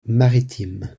maritime